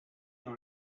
dans